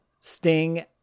Sting